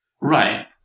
Right